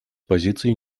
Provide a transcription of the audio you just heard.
позицией